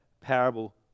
parable